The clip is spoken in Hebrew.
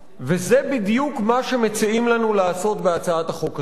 וזה בדיוק מה שמציעים לנו לעשות בהצעת החוק הזאת.